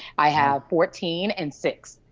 i have fourteen and six.